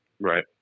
Right